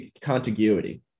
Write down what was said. contiguity